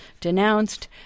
denounced